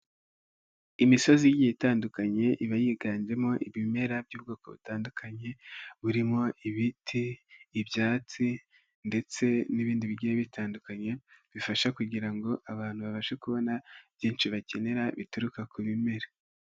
Imisozi igiye itandukanye iba yiganjemo ibimera by'ubwoko butandukanye burimo: ibiti ,ibyatsi ndetse n'ibindi bigiye bitandukanye bifasha kugira ngo abantu babashe kubona byinshi bakenera bituruka ku bimera.